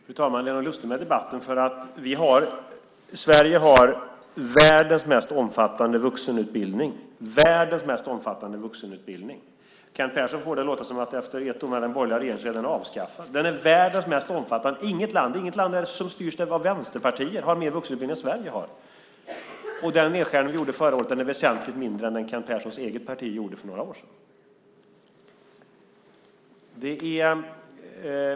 Fru talman! Det är något lustigt med debatten. Sverige har världens mest omfattande vuxenutbildning. Kent Persson får det att låta som om den efter ett år med den borgerliga regeringen är avskaffad. Det är världens mest omfattande vuxenutbildning. Inget land som styrs av vänsterpartier har mer vuxenutbildning än Sverige har. Den nedskärning som vi gjorde förra året är väsentligt mindre än den som Kent Perssons eget parti gjorde för några år sedan.